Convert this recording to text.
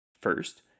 first